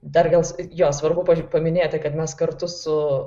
dar gal sa jo svarbu paminėti kad mes kartu su